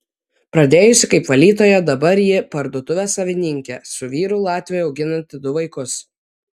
pradėjusi kaip valytoja dabar ji parduotuvės savininkė su vyru latviu auginanti du vaikus